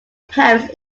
parents